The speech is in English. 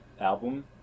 album